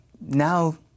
now